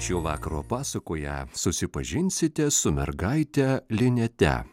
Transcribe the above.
šio vakaro pasakoje susipažinsite su mergaite linete